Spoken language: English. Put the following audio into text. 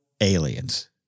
aliens